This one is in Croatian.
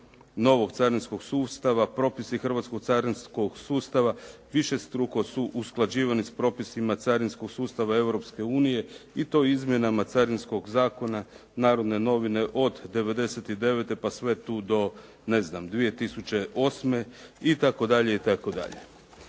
novog carinskog sustava propisi hrvatskog carinskog sustava višestruko su usklađivani s propisima carinskog sustava Europske unije i to izmjenama Carinskog zakona, "Narodne novine" od '99. pa sve tu do, ne znam, 2008. itd., itd.